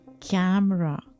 camera